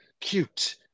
cute